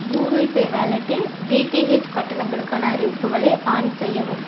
Google Pay வாலெட்டில் DTH கட்டணங்களுக்கான அறிவிப்புகளை ஆன் செய்யவும்